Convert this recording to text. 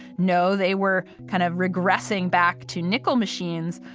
no, they were kind of regressing back to nickel machines,